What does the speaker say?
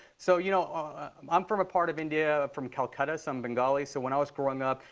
so you know um i'm from a part of india, from calcutta. so i'm bengali. so when i was growing up,